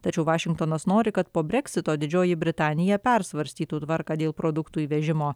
tačiau vašingtonas nori kad po brexito didžioji britanija persvarstytų tvarką dėl produktų įvežimo